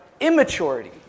Immaturity